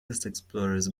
explorers